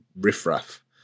riffraff